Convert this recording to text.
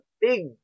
big